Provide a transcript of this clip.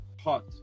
hot